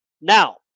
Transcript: Now